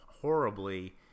horribly